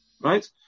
Right